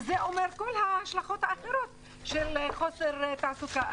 וזה אומר כל ההשלכות האחרות של חוסר תעסוקה.